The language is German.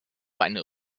eine